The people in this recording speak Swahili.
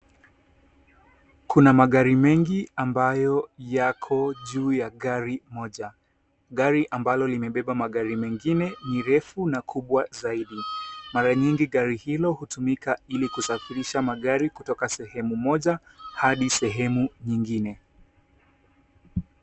Kuna magari mengi ambayo yako juu ya gari moja. Gari ambalo limebeba magari mengine mirefu na kubwa zaidi. Mara nyingi gari hilo hutumika ili kusafirisha magari kutoka sehemu moja hadi sehemu nyingine.